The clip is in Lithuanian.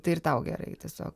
tai ir tau gerai tiesiog